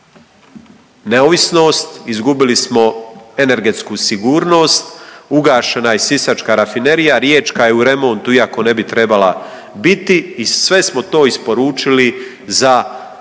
neovisnost, izgubili smo energetsku sigurnost, ugašena je Sisačka rafinerija, Riječka je u remontu iako ne bi trebala biti i sve smo to isporučili za taj